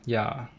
ya